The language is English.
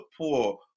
poor